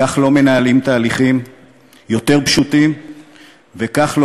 כך לא מנהלים תהליכים יותר פשוטים וכך לא